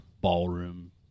ballroom